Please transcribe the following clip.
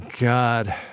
God